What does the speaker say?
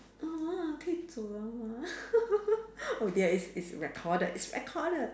可以走了吗 oh dear it's it's recorded it's recorded